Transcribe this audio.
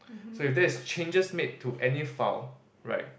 so if there is changes made to any file right